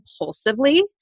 impulsively